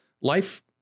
Life